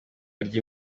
arya